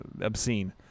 obscene